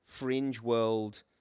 fringeworld